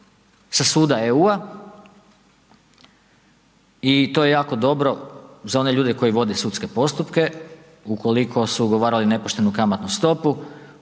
sa suda EU-a i to je jako dobro za one ljude koji vode sudske postupke, ukoliko su ugovarali nepoštenu kamatnu stopu,